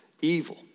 evil